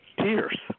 Tears